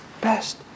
best